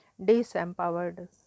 disempowered